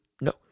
No